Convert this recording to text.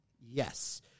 Yes